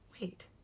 Wait